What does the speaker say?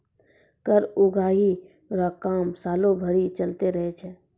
कर उगाही रो काम सालो भरी चलते रहै छै